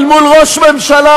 אל מול ראש ממשלה,